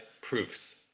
proofs